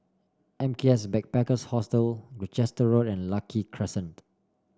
M K S Backpackers Hostel Gloucester Road and Lucky Crescent